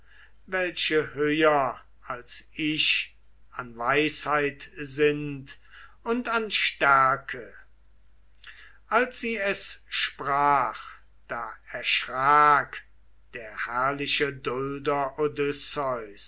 welche höher als ich an weisheit sind und an stärke als sie es sprach da erschrak der herrliche dulder